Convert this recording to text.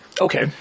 Okay